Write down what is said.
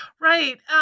Right